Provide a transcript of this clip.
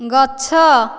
ଗଛ